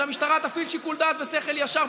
שהמשטרה תפעיל שיקול דעת ושכל ישר,